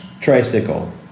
Tricycle